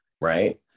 right